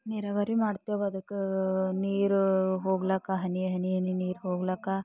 ನೀರಾವರಿ ಮಾಡ್ತೇವೆ ಅದಕ್ಕೆ ನೀರು ಹೋಗ್ಲಾಕ ಹನಿ ಹನಿ ಹನಿ ನೀರು ಹೋಗ್ಲಾಕ